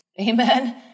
Amen